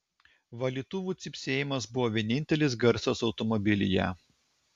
valytuvų cypsėjimas buvo vienintelis garsas automobilyje